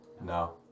No